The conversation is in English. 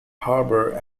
harbour